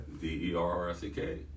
D-E-R-R-S-E-K